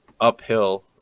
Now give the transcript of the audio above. uphill